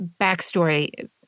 backstory